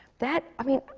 that i mean,